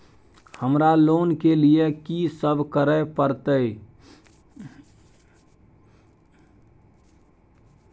हमरा लोन के लिए की सब करे परतै?